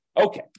Okay